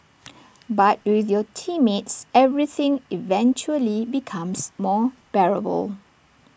but with your teammates everything eventually becomes more bearable